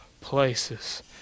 places